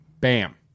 bam